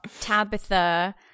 tabitha